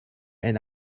and